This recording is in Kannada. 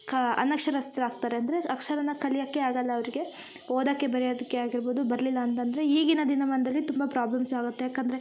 ಕ ಅನಕ್ಷರಸ್ಥ್ರ್ ಆಗ್ತರೆ ಅಂದರೆ ಅಕ್ಷರನ ಕಲಿಯಕ್ಕೆ ಆಗಲ್ಲ ಅವರಿಗೆ ಓದಕ್ಕೆ ಬರಿಯೋದಕ್ಕೆ ಆಗಿರ್ಬೋದು ಬರಲಿಲ್ಲ ಅಂತಂದರೆ ಈಗಿನ ದಿನಮಾನದಲ್ಲಿ ತುಂಬ ಪ್ರಾಬ್ಲಮ್ಸ್ ಆಗುತ್ತೆ ಯಾಕಂದರೆ